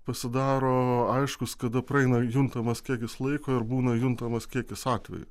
pasidaro aiškūs kada praeina juntamas kiekis laiko ir būna juntamas kiekis atvejų